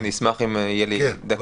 אשמח אם תיתן לי דקה.